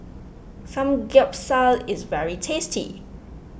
Samgeyopsal is very tasty